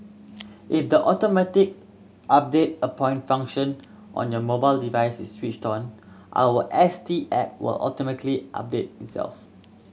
if the automatic update a point function on your mobile device is switched on our S T app will automatically update itself